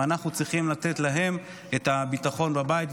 ואנחנו צריכים לתת להם את הביטחון בבית,